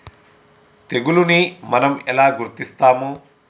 తెగులుని మనం ఎలా గుర్తిస్తాము?